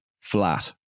flat